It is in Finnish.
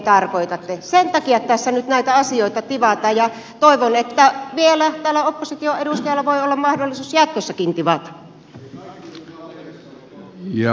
sen takia tässä nyt näitä asioita tivataan ja toivon että vielä täällä oppositioedustajalla voi olla mahdollisuus jatkossakin tivata